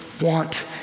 want